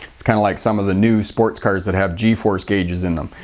it's kind of like some of the new sports cars that have g-force gauges in them.